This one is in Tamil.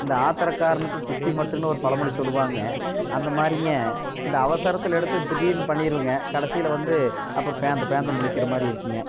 இந்த ஆத்திரக்காரனுக்குப் புத்தி மட்டுனு ஒரு பழமொழி சொல்வாங்க அந்தமாதிரிங்க இந்த அவசரத்தில் எடுத்து திடீர்னு பண்ணிடுவங்க கடசில வந்து அப்புறம் பேந்த பேந்த முழிக்கிற மாதிரி இருக்கும்ங்க